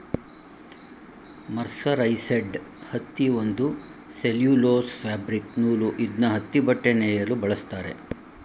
mercerised ಹತ್ತಿ ಒಂದು cellulose fabric ನೂಲು ಇದ್ನ ಹತ್ತಿಬಟ್ಟೆ ನೇಯಲು ಬಳಸ್ತಾರೆ